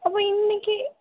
அப்போது இன்னைக்கு